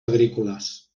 agrícoles